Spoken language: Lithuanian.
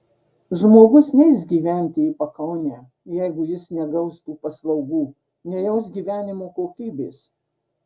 žmogus neis gyventi į pakaunę jeigu jis negaus tų paslaugų nejaus gyvenimo kokybės